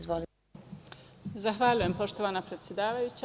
Zahvaljujem poštovana predsedavajuća.